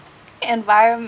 environmental